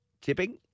tipping